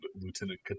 Lieutenant